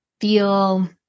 feel